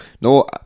no